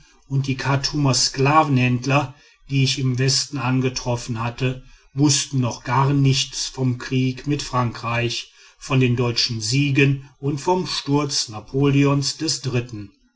und die chartumer sklavenhändler die ich im westen angetroffen hatte wußten noch gar nichts vom kriege mit frankreich von den deutschen siegen und vom sturz napoleons iii